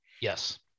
Yes